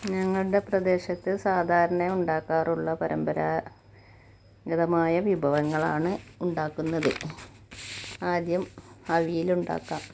ഞങ്ങളുടെ പ്രദേശത്ത് സാധാരണെയുണ്ടാക്കാറുള്ള പാരമ്പരാഗതമായ വിഭവങ്ങളാണ് ഉണ്ടാക്കുന്നത് ആദ്യം അവിയലുണ്ടാക്കാം